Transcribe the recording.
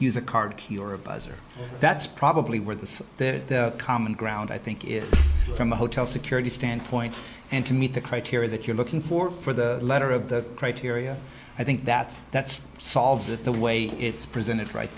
use a card key or a buzzer that's probably where the so that common ground i think is from the hotel security standpoint and to meet the criteria that you're looking for for the letter of that criteria i think that's that's solved that the way it's presented right